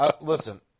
Listen